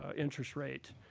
ah interest rate.